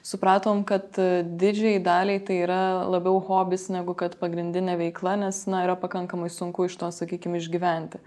supratom kad didžiajai daliai tai yra labiau hobis negu kad pagrindinė veikla nes na yra pakankamai sunku iš to sakykim išgyventi